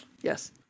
yes